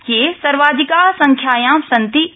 ये सर्वाधिका संख्यायां सन्ति इति